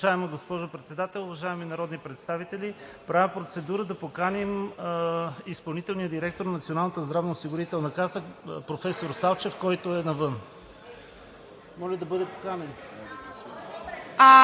Уважаема госпожо Председател, уважаеми народни представители! Правя процедура да поканим изпълнителния директор на Националната здравноосигурителна каса – професор Салчев, който е навън. Моля да бъде поканен.